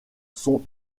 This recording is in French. sont